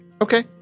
Okay